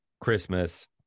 Christmas